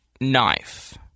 knife